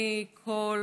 אני קול